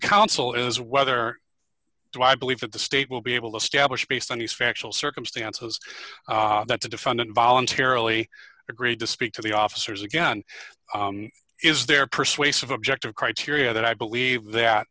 counsel is whether do i believe that the state will be able to establish based on these factual circumstances that the defendant voluntarily agreed to speak to the officers again is there persuasive objective criteria that i believe that